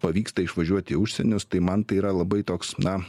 pavyksta išvažiuot į užsienius tai man tai yra labai toks na